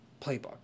playbook